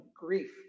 grief